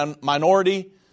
minority